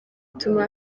ituma